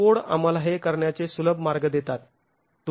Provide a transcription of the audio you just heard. code आम्हाला हे करण्याचे सुलभ मार्ग देतात